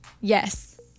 Yes